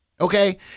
Okay